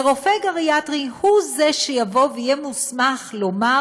ורופא גריאטרי הוא זה שיבוא ויהיה מוסמך לומר